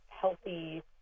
healthy